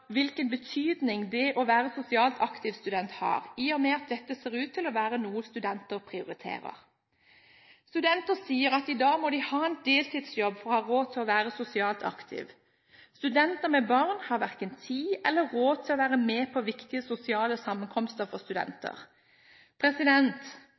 hvilken betydning det å være sosialt aktiv student har, i og med at dette ser ut til å være noe studenter prioriterer. Studenter sier at de i dag må ha en deltidsjobb for å ha råd til å være sosialt aktive. Studenter med barn har verken tid eller råd til å være med på viktige sosiale sammenkomster for